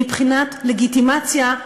מבחינת לגיטימציה,